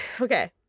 Okay